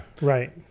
right